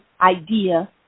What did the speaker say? idea